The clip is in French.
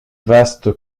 vaste